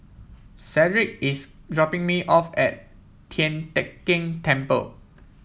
Cedrick is dropping me off at Tian Teck Keng Temple